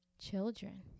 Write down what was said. Children